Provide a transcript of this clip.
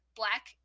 black